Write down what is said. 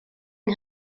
yng